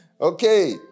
Okay